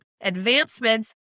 advancements